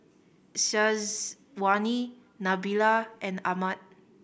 Syazwani Nabila and Ahmad